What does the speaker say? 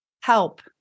Help